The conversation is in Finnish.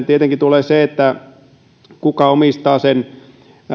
tietenkin tulee se kuka omistaa sen